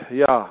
ja